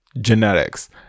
Genetics